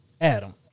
Adam